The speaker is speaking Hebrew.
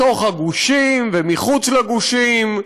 בתוך הגושים ומחוץ לגושים.